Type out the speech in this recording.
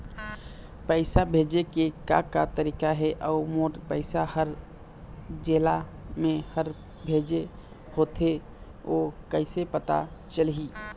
पैसा भेजे के का का तरीका हे अऊ मोर पैसा हर जेला मैं हर भेजे होथे ओ कैसे पता चलही?